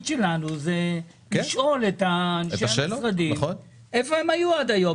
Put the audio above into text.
שלנו הוא לשאול את אנשי המשרדים איפה הם היו עד היום.